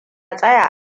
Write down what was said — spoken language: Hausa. tsaya